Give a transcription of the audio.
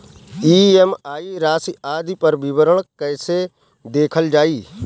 EMI राशि आदि पर विवरण कैसे देखल जाइ?